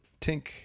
Tink